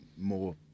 more